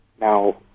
Now